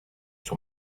sur